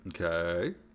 Okay